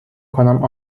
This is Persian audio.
کنم